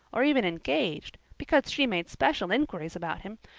or even engaged, because she made special inquiries about him,